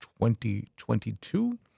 2022